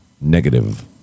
Negative